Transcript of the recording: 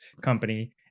company